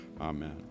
amen